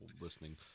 listening